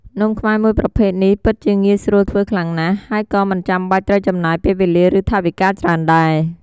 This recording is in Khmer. នំខ្មែរមួយប្រភេទនេះពិតជាងាយស្រួលធ្វើខ្លាំងណាស់ ហើយក៏មិនចាំបាច់ត្រូវចំណាយពេលវេលា ឬថវិកាច្រើនដែរ។